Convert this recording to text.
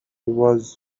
was